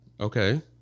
Okay